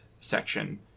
section